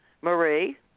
Marie